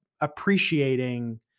appreciating